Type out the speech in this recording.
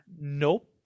Nope